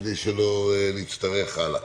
כדי שלא נצטרך הלאה.